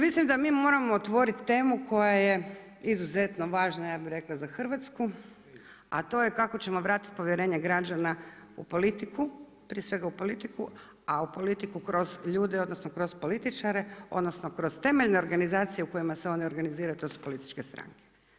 Mislim da mi moramo otvoriti temu koja je izuzetno važna, ja bi rekla za Hrvatsku, a to je kako ćemo vratiti povjerenje građana u politiku, prije svega u politiku, a u politiku kroz ljude odnosno kroz političare odnosno kroz temeljne organizacije u kojima se oni organiziraju to su političke stranke.